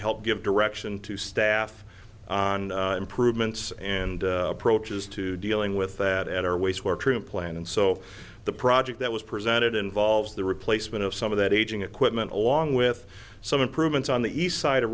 help give direction to staff on improvements and approaches to dealing with that at our waste were true plan and so the project that was presented involves the replacement of some of that aging equipment along with some improvements on the east side of